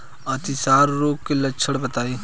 अतिसार रोग के लक्षण बताई?